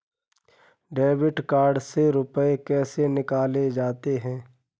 Debit card से रुपये कैसे निकाले जाते हैं?